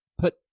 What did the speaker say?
put